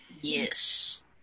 yes